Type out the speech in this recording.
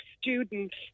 students